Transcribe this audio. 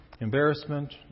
embarrassment